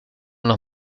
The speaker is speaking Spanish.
los